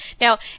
Now